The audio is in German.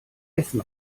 essen